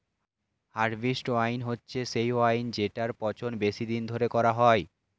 harvest wine হচ্ছে সেই wine জেটার পচন বেশি দিন ধরে করা হয়